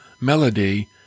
melody